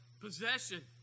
possession